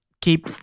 keep